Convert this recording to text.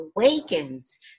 awakens